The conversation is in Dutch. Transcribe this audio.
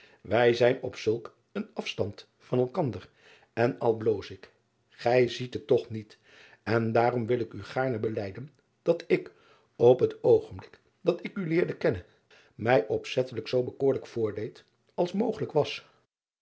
ij zijn op zulk een asstand van elkander en al bloos ik gij ziet het toch niet en daarom wil ik u gaarne belijden dat ik op het oogenblik dat ik u leerde kennen niij opzettelijk zoo bekoorlijk voordeed als mogelijk was